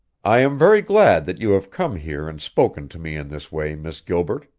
i am very glad that you have come here and spoken to me in this way, miss gilbert,